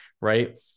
right